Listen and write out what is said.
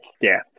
death